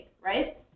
right